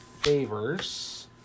favors